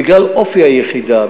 בגלל אופי היחידה,